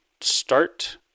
start